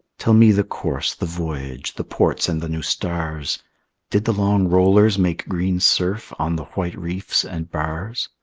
tell me the course, the voyage, the ports, and the new stars did the long rollers make green surf on the white reefs and bars?